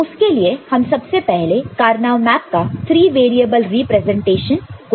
तो उसके लिए हम सबसे पहले कार्नो मैप का 3 वेरिएबल रिप्रेजेंटेशन को देखेंगे